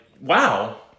Wow